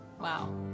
Wow